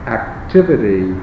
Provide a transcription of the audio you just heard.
activity